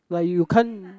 like you can't